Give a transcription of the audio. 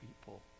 people